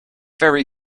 very